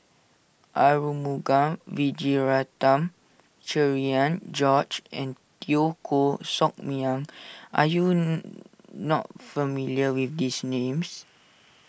Arumugam Vijiaratnam Cherian George and Teo Koh Sock Miang are you not familiar with these names